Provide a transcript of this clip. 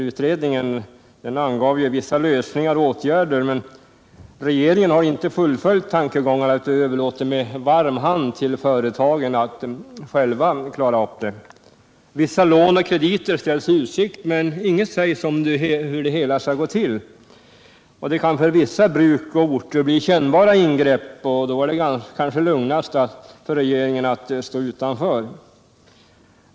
Utredningen angav vissa lösningar och åtgärder, men regeringen har inte fullföljt tankegångarna utan överlåter med varm hand till företagen att själva klara upp situationen. Vissa lån och krediter ställs i utsikt, men inget sägs om hur det hela skall gå till. Det kan för vissa bruk och orter bli kännbara ingrepp, och då är det kanske lugnast för regeringen att stå utanför.